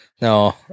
No